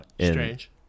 Strange